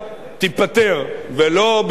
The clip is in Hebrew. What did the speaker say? ולא בעתיד רחוק מדי.